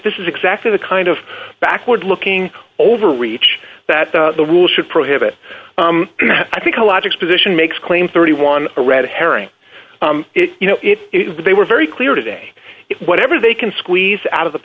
this is exactly the kind of backward looking overreach that the rules should prohibit i think a logical position makes claims thirty one a red herring if you know if they were very clear today whatever they can squeeze out of the